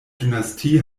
dynastie